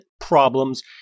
problems